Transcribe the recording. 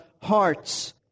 hearts